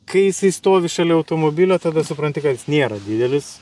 kai jisai stovi šalia automobilio tada supranti kad jis nėra didelis